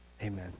Amen